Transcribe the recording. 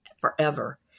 forever